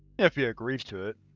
if he agrees to it